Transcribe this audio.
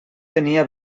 tenia